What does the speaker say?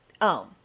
own